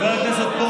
תודה לחברי הכנסת.